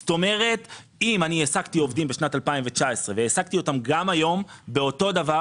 כלומר אם העסקתי עובדים בשנת 2019 והעסקתי אותם גם היום באותו אופן,